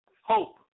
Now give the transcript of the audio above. hope